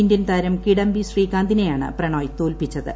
Indian താരം കിഡംബി ശ്രീകാന്തിനെയാണ് പ്രണോയ് തോൽപ്പിച്ചത്